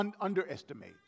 underestimate